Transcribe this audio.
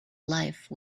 life